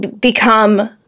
become